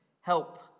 help